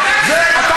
הלילה.